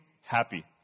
happy